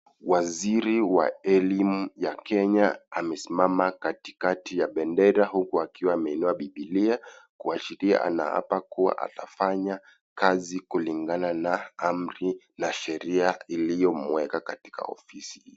Waziri wa elimu ya Kenya amesimama katikati ya bendera huku akiwaameinua bibilia kuashiria anaapa kuwa atafanya kazi kulingana na amri na sheria iliyomuweka kwenye ofisi hiyo.